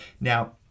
now